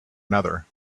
another